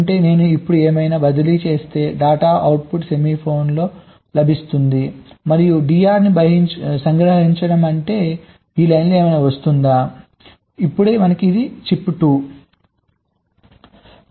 అంటే నేను ఇప్పుడు ఏమైనా బదిలీ చేస్తే డేటా అవుట్పుట్ పిన్లో లభిస్తుంది మరియు DR ను సంగ్రహించడం అంటే ఈ లైన్లో ఏమైనా వస్తోంది ఇది చిప్ 2